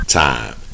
time